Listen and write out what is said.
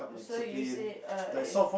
so you say err